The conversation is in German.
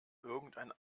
irgendein